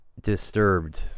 disturbed